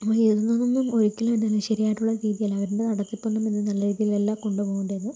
അവര് എഴുതുന്നതൊന്നും ഒരിക്കലും എന്താണ് ശരിയായിട്ടുള്ള രീതിയല്ല അവരുടെ നടത്തിപ്പൊന്നും നല്ല രീതിയിലല്ല കൊണ്ടു പോകുന്നത്